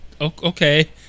okay